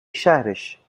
شهرش